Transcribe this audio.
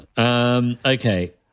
Okay